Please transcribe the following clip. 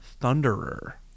thunderer